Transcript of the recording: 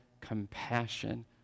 compassion